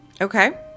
Okay